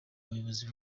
buyobozi